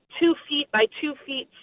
two-feet-by-two-feet